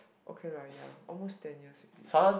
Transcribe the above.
okay lah ya almost ten years already